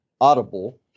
audible